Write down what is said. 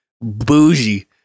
bougie